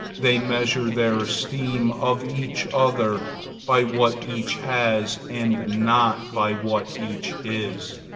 they measure their esteem of each other by what each has, and not by what each is.